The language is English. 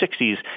60s